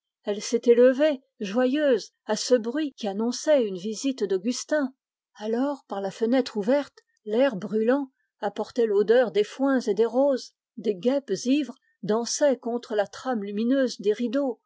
elle s'était levée joyeuse à ce bruit qui annonçait une visite d'augustin alors par la fenêtre ouverte l'air brûlant apportait l'odeur des foins et des roses des guêpes ivres dansaient contre la trame lumineuse des rideaux